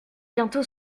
bientôt